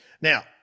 now